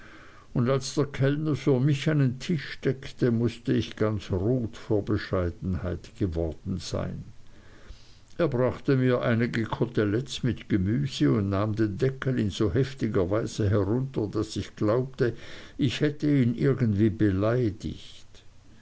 und als der kellner für mich einen tisch deckte muß ich ganz rot vor bescheidenheit geworden sein er brachte mir einige koteletten mit gemüse und nahm den deckel in so heftiger weise herunter daß ich glaubte ich hätte ihn irgendwie beleidigt